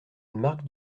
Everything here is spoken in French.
marc